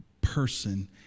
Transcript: person